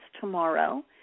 tomorrow